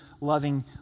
loving